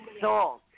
salt